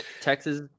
Texas